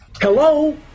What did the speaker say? Hello